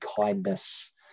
kindness